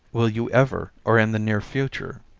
will you ever, or in the near future,